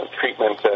treatment